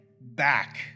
back